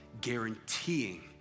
guaranteeing